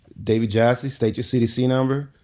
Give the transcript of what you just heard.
david jassy. state your cdc number.